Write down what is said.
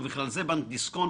ובכלל זה בנק דיסקונט,